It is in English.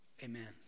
Amen